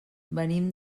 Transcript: venim